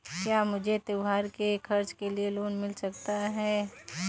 क्या मुझे त्योहार के खर्च के लिए लोन मिल सकता है?